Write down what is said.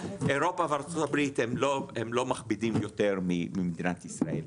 אירופה וארצות הברית הם לא מכבידים יותר ממדינת ישראל.